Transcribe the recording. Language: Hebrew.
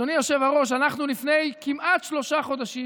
אדוני היושב-ראש, אנחנו לפני כמעט שלושה חודשים